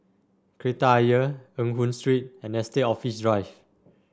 Kreta Ayer Eng Hoon Street and Estate Office Drive